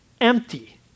empty